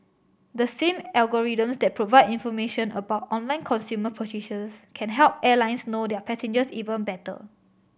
the same algorithms that provide information about online consumer purchases can help airlines know their passengers even better